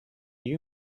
you